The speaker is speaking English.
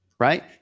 right